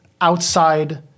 outside